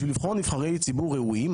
נבחר נבחרי ציבור ראויים,